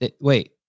wait